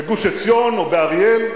בגוש-עציון או באריאל,